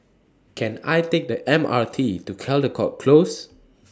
Can I Take The M R T to Caldecott Close